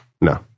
No